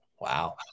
Wow